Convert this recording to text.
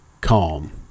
calm